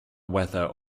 weather